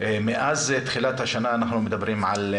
מאז תחילת השנה אנחנו מדברים על,